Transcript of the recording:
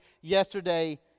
yesterday